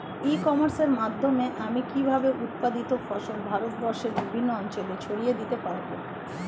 ই কমার্সের মাধ্যমে আমি কিভাবে উৎপাদিত ফসল ভারতবর্ষে বিভিন্ন অঞ্চলে ছড়িয়ে দিতে পারো?